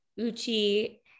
Uchi